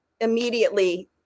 immediately